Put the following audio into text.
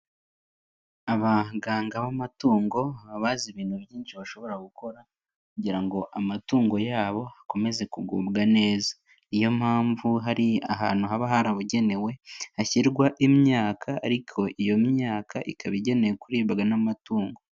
Abaganga b'amatungo baba bazi ibintu byinshi bashobora gukora kugira ngo amatungo yabo akomeze kugubwa neza, ni yo mpamvu hari ahantu haba harabugenewe hashyirwa imyaka ariko iyo myaka ikaba igenewe kuribwa n'amatungo.